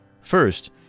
First